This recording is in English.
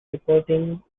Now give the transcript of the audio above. reporting